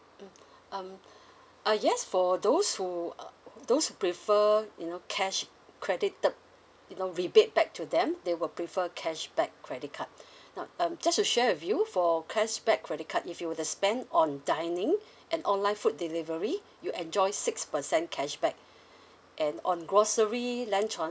mm um uh yes for those who uh those prefer you know cash credited you know rebate back to them they will prefer cashback credit card now um just to share with you for cashback credit card if you were to spend on dining and online food delivery you enjoy six percent cashback and on grocery land transport